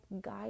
guide